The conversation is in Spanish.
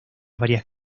varias